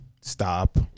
Stop